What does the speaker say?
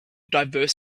diverse